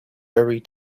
very